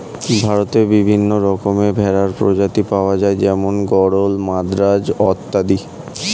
ভারতে বিভিন্ন রকমের ভেড়ার প্রজাতি পাওয়া যায় যেমন গরল, মাদ্রাজ অত্যাদি